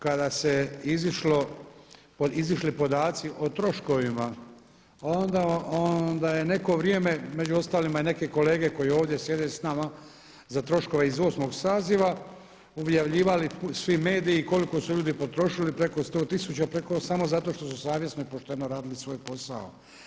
Kada su izišli podaci o troškovima onda je neko vrijeme, među ostaloga i neke kolege koji ovdje sjede s nama, za troškove iz 8. saziva objavljivali svi mediji koliko su ljudi potrošili preko sto tisuća, samo zato što su savjesno i pošteno radili svoj posao.